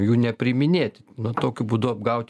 jų nepriiminėt nu tokiu būdu apgaut